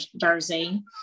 jersey